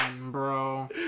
bro